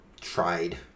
tried